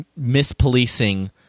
mispolicing